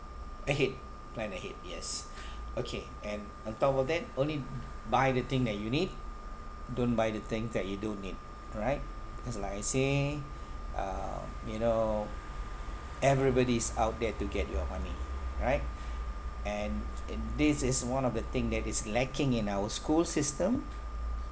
ahead plan ahead yes okay and on top of that only buy the thing that you need don't buy the things that you don't need right because like I say um you know everybody's out there to get your money right and this is one of the thing that is lacking in our school system